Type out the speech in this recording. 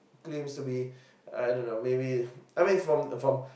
claims to be uh I don't know maybe I mean from from